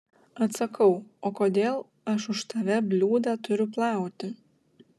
atsakau o kodėl aš už tave bliūdą turiu plauti